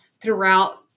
throughout